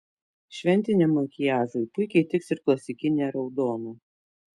šventiniam makiažui puikiai tiks ir klasikinė raudona